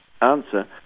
answer